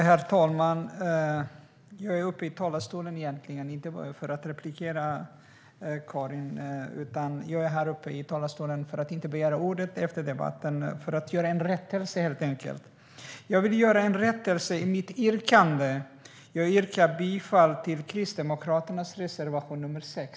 Herr talman! Jag står egentligen inte i talarstolen för att replikera på Karins anförande, utan jag står i talarstolen för att inte behöva begära ordet i slutet av debatten. Jag ska göra en rättelse, helt enkelt - en rättelse av mitt yrkande. Jag yrkar bifall till Kristdemokraternas reservation nr 6.